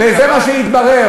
וזה מה שהתברר.